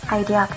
idea